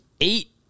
eight